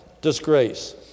disgrace